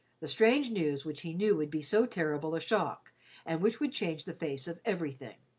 the strange news which he knew would be so terrible a shock, and which would change the face of everything.